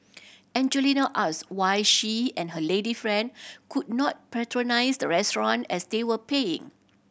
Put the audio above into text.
Angelina ask why she and her lady friend could not patronise the restaurant as they were paying